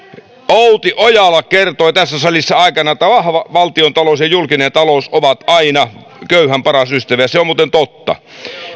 outi ojala kertoi tässä salissa aikanaan että vahva valtiontalous ja julkinen talous ovat aina köyhän paras ystävä ja se on muuten totta